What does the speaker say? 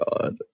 God